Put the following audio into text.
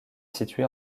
situé